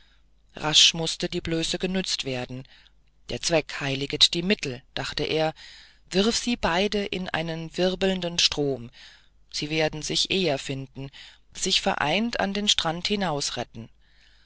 rasch mußten die blößen benützt werden der zweck heiliget die mittel dachte er wirf sie beide in einen wirbelnden strom sie werden sich eher finden sich vereint an den strand